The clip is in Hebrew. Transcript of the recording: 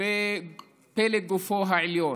בפלג גופו העליון.